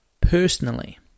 personally